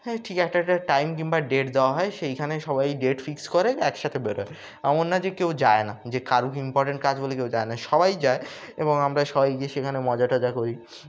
হ্যাঁ ঠিক একটা একটা টাইম কিংবা ডেট দেওয়া হয় সেইখানে সবাই ডেট ফিক্স করে একসাথে বেরোয় এমন না যে কেউ যায় না যে কারুক ইম্পর্ট্যান্ট কাজ বলে কেউ যায় না সবাই যায় এবং আমরা সবাই গিয়ে সেখানে মজা টজা করি